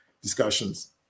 discussions